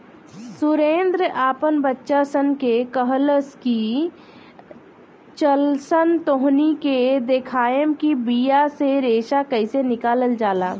सुरेंद्र आपन बच्चा सन से कहलख की चलऽसन तोहनी के देखाएम कि बिया से रेशा कइसे निकलाल जाला